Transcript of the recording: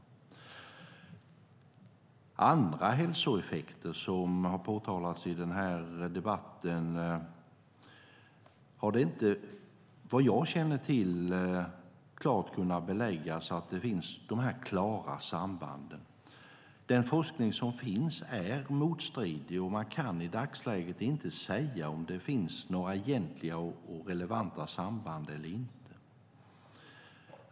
När det gäller andra hälsoeffekter som har framhållits i den här debatten har man, såvitt jag känner till, inte klart kunnat belägga att det finns tydliga samband. Den forskning som finns är motstridig, och man kan i dagsläget inte säga om det finns några egentliga och relevanta samband eller inte.